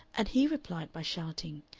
and he replied by shouting,